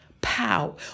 pow